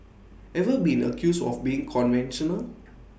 ever been accused of being conventional